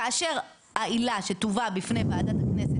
כאשר העילה שתובא בפני ועדת הכנסת,